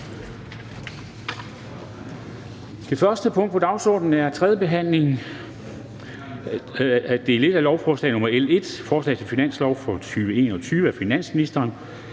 Det eneste punkt på dagsordenen er: 1) 3. behandling, 1. del, af lovforslag nr. L 1: Forslag til finanslov for finansåret 2021. Af finansministeren